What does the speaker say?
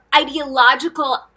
ideological